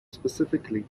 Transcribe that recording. specifically